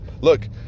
Look